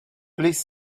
please